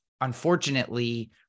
unfortunately